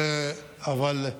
אני מקווה.